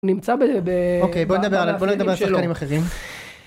נמצא בלב... אוקיי, בוא נדבר על... בוא נדבר על שחקנים אחרים.